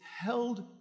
held